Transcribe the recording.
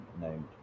named